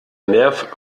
nerv